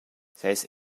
ses